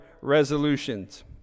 resolutions